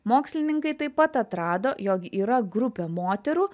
mokslininkai taip pat atrado jog yra grupė moterų